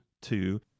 two